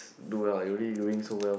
do well lah you already doing so well